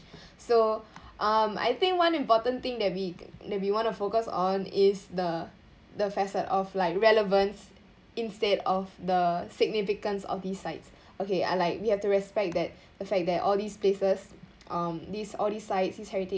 so um I think one important thing that we that we want to focus on is the the facet of like relevance instead of the significance of these site okay I like we have to respect that the fact that all these places um this all these sites these heritage